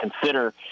consider